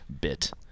bit